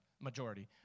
majority